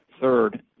Third